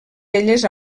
elles